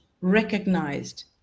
recognized